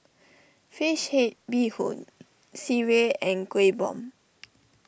Fish Head Bee Hoon Sireh and Kueh Bom